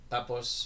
Tapos